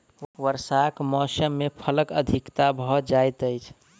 वर्षाक मौसम मे फलक अधिकता भ जाइत अछि